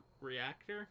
reactor